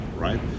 right